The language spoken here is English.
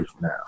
now